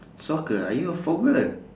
soccer are you a